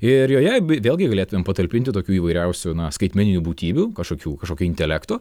ir joje vėlgi galėtumėm patalpinti tokių įvairiausių na skaitmeninių būtybių kažkokių kažkokio intelekto